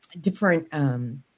different